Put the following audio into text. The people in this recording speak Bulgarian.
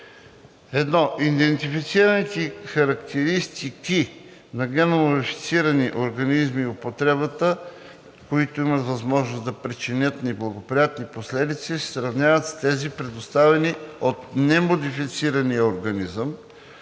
1. Идентифицираните характеристики на ГМО и употребата му, които имат възможност да причинят неблагоприятни последици, се сравняват с тези, представени от немодифицирания организъм,